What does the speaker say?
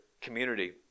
community